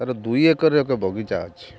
ତା'ର ଦୁଇ ଏକର ଏକ ବଗିଚା ଅଛି